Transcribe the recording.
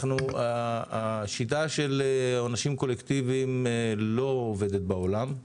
השיטה של עונשים קולקטיביים לא עובדת בעולם,